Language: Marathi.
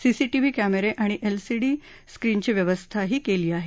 सीसीटीव्ही कॅमेरे आणि एल सी डी स्क्रीनची व्यवस्थाही केली आहे